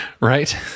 right